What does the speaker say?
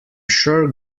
sure